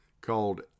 called